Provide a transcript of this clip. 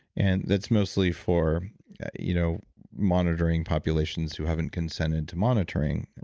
and that's mostly for you know monitoring populations who haven't consented to monitoring,